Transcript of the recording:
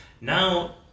now